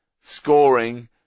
scoring